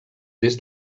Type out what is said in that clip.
des